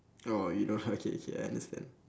oh you don't oh okay okay I understand